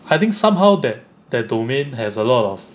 I think somehow that that domain has a lot of